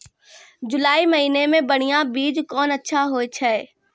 जुलाई महीने मे बढ़िया बीज कौन अच्छा होय छै?